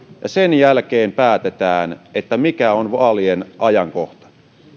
sen jälkeen päätetään mikä on vaalien ajankohta